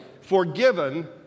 forgiven